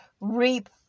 reap